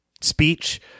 speech